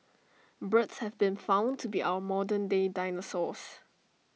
birds have been found to be our modern day dinosaurs